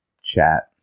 chat